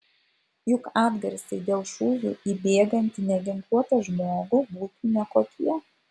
juk atgarsiai dėl šūvių į bėgantį neginkluotą žmogų būtų nekokie